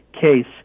case